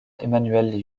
emmanuel